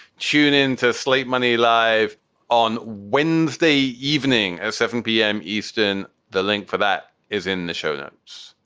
tune in to slate money live on wednesday evening at seven p m. eastern. the link for that is in the show notes.